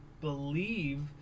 believe